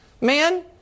man